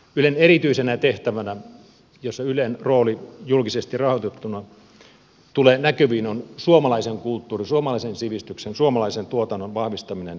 ylen erityisenä tehtävänä jossa ylen rooli julkisesti rahoitettuna tulee näkyviin on suomalaisen kulttuurin suomalaisen sivistyksen suomalaisen tuotannon vahvistaminen ja ylläpitäminen